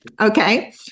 okay